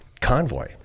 convoy